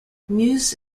muse